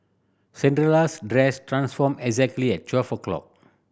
Cinderella's dress transformed exactly at twelve o'clock